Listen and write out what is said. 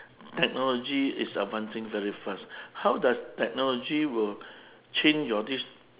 technology is advancing very fast how does technology will change your this